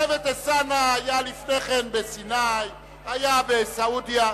שבט אלסאנע היה לפני כן בסיני, היה בסעודיה.